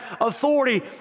authority